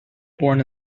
born